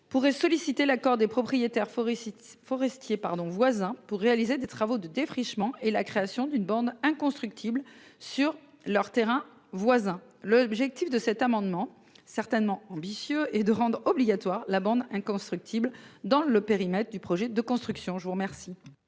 pourrait solliciter l'accord des propriétaires forestiers. Forestiers pardon voisin pour réaliser des travaux de défrichement et la création d'une bande inconstructible sur leur terrain voisin. L'objectif de cet amendement certainement ambitieux et de rendre obligatoire la bande inconstructible dans le périmètre du projet de construction. Je vous remercie